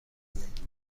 کنید